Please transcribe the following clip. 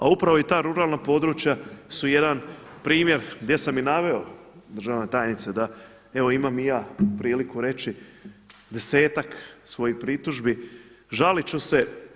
A upravo i ta ruralna područja su jedan primjer gdje sam i naveo, državna tajnice, da evo imam i ja priliku reći desetak svojih pritužbi, žalit ću se.